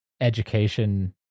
education